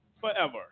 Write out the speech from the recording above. forever